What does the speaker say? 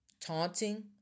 taunting